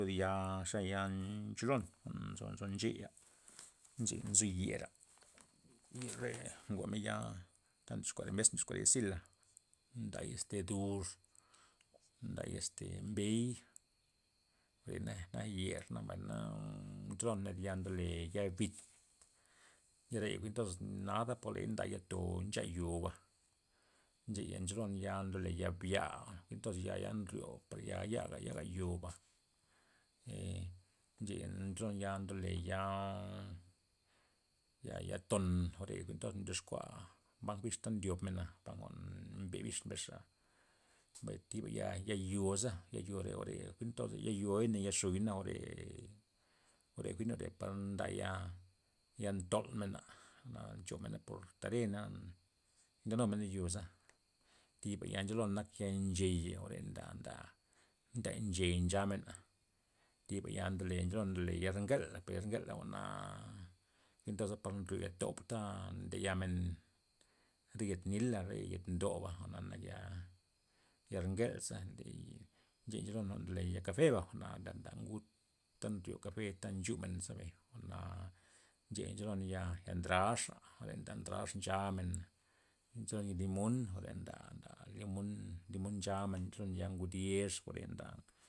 Zib ya zenya ya ncholon jwa'n nzo ncheya ncheya nzi yer'a yer re ngomen ya ta ndyoxkua re mes ndyoskua re sila, nday este dur, nday este mbey, jwa're nak yer na mbay na ncholon thib ned ya ndole ya bit ya re ya jwi'n toz nada poley nday ya'to ncha yo'ba ncheya ncholon ya jwa'n ndole ya bi'a jwi'n toz ya ya' nryo par ya yaga yo'ba ee ncheya nzo ya ndole ya ya- ya ya ton jwa'reya jwi'n toz ndyoxkua bank bix tandyob mena par jwa'n nde bix mbesxa, mbay thiba ya ya yo'za ya yore' jwa're jwi'n toza ya yo ya xuya jwa're, jwa're jwi'n jwa're par nda ya ya ntolmena na nchomena por tare'na ndenumena yo za, thiba ya nchelon nak ya ncheya jwa're nda- nda nday nchey nchamen, thiba ya ndole ncholon ndole ya re ngala per gala jwa'na jwin toza par nryo yatob ta ndeyamen re yet nila re yet ndoba jwa'na nak ya, ya ngelza ley ncheya nzolon jwa'n ya ya kafeba jwa'na nda- nda ngud ta nryo kafe ta nchumen zeby, jwa'na ncheya ncholon ya ya ndraxa ya nda ndrax nchamen nzo ya limona jwa're nda- nda limon limon nchamen re ya ngud yex jware nda.